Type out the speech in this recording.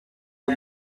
the